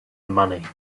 money